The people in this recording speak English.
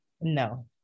No